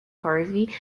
harvey